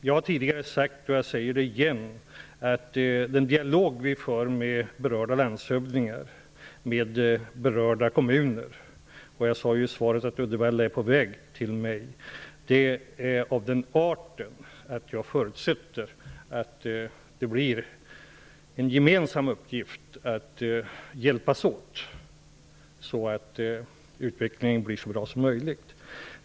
Jag har tidigare sagt och säger återigen att den dialog som vi för med berörda landshövdingar och kommuner -- jag redovisade ju i svaret att Uddevallaärendet är på väg till mig -- är av den arten att jag förutsätter att vi gemensamt får hjälpas åt för att utvecklingen skall bli så bra som möjligt.